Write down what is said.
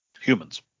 humans